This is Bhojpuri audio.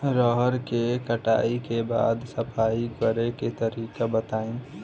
रहर के कटाई के बाद सफाई करेके तरीका बताइ?